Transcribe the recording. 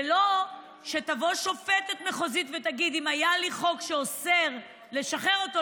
ולא שתבוא שופטת מחוזית ותגיד: אם היה לי חוק שאוסר לשחרר אותו,